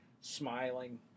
smiling